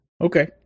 okay